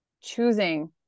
choosing